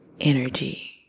energy